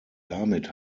damit